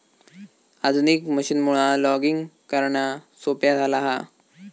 आधुनिक मशीनमुळा लॉगिंग करणा सोप्या झाला हा